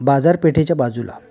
बाजारपेठेच्या बाजूला